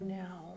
now